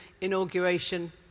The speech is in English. inauguration